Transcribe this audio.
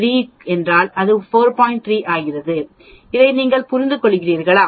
3 ஆகும் இதை நீங்கள் புரிந்துகொள்கிறீர்களா